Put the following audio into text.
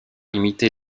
imiter